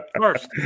First